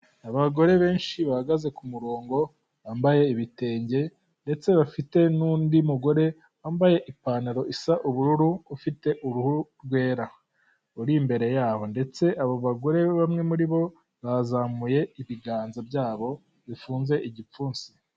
Abagore benshi bahagaze ku murongo, bambaye ibitenge ,ndetse bafite n'undi mugore wambaye ipantaro isa ubururu ufite uruhu rwera, uri imbere yabo ndetse abo bagore bamwe muri bo bazamuye ibiganza byabo bifunze igipfunsi.